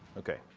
okay.